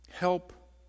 Help